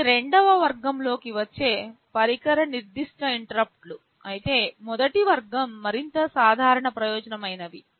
ఇవి రెండవ వర్గంలోకి వచ్చే పరికర నిర్దిష్ట ఇంటరుప్పుట్లు అయితే మొదటి వర్గం మరింత సాధారణ ప్రయోజనం అయినవి